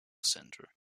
centre